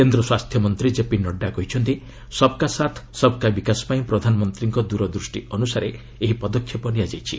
କେନ୍ଦ୍ର ସ୍ୱାସ୍ଥ୍ୟମନ୍ତ୍ରୀ କେପି ନଡ୍ରା କହିଛନ୍ତି ସବ୍କା ସାଥ୍ ସବ୍କା ବିକାଶ ପାଇଁ ପ୍ରଧାନମନ୍ତ୍ରୀଙ୍କ ଦୂରଦୂଷ୍ଟି ଅନୁସାରେ ଏହି ପଦକ୍ଷେପ ନିଆଯାଇଛି